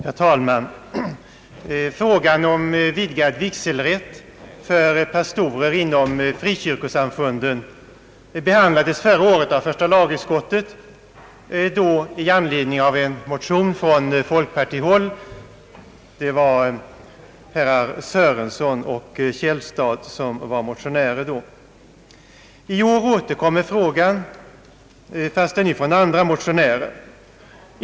Herr talman! Frågan om vidgad vigselrätt för pastorer inom frikyrkosamfunden behandlades förra året i första lagutskottet, då i anledning av motioner från folkpartihåll. Då var det herrar Sörenson och Källstad som motionerade. I år återkommer frågan, aktualiserad av andra motionärer.